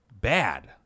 bad